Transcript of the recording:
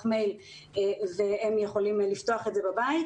מייל והם יכולים לפתוח את זה בבית,